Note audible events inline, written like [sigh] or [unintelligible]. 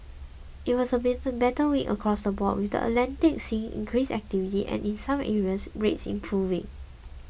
it was a [unintelligible] better week across the board with the Atlantic seeing increased activity and in some areas rates improving